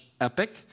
epic